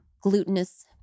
glutinous